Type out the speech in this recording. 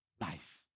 life